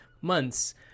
months